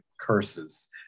curses